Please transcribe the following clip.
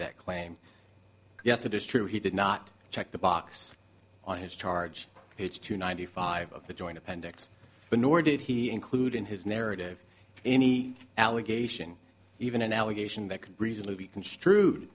that claim yes it is true he did not check the box on his charge page two ninety five of the joint appendix nor did he include in his narrative any allegation even an allegation that could reasonably be construed